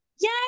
yay